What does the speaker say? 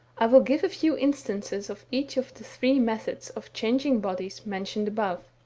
i will give a few instances of each of the three methods of changing bodies mentioned above.